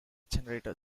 generator